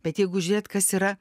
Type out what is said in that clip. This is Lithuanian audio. bet jeigu žiūrėt kas yra